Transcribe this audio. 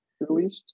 released